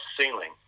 ceiling